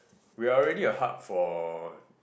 we are already a hub for